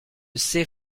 sait